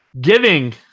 giving